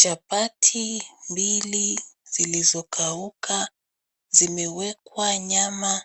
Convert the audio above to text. Chapati mbili zilizo kauka zimewekwa nyama